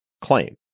claim